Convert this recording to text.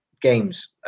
games